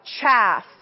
chaff